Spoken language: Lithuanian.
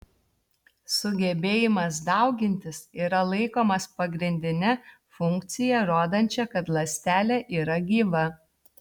sugebėjimas daugintis yra laikomas pagrindine funkcija rodančia kad ląstelė yra gyva